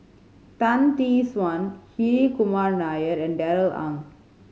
Tan Tee Suan Hri Kumar Nair and Darrell Ang